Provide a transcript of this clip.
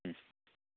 ꯎꯝ